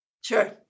Sure